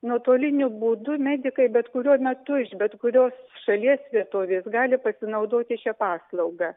nuotoliniu būdu medikai bet kuriuo metu iš bet kurios šalies vietovės gali pasinaudoti šia paslauga